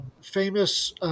famous –